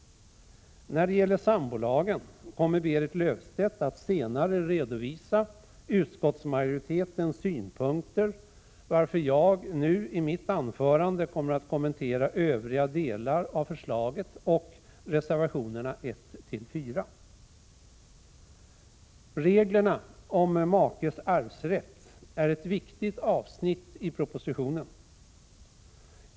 När det gäller sambolagen kommer Berit Löfstedt att senare redovisa utskottsmajoritetens synpunkter, varför jag nu i mitt anförande kommer att kommentera övriga delar av förslaget och reservationerna 14. Reglerna om makes arvsrätt är ett viktigt avsnitt i propositionen.